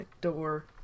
door